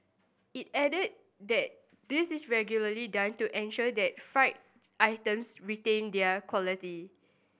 it added that this is regularly done to ensure that fried items retain their quality